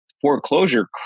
foreclosure